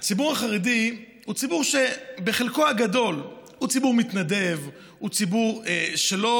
החרדי הוא בחלקו הגדול ציבור מתנדב, הוא ציבור שלא